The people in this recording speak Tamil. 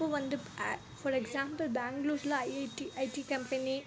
இப்போ வந்து ஃபார் எக்ஸாம்பிள் பெங்களுர்ல ஐஐடி ஐடி கம்பெனி